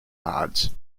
odds